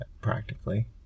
practically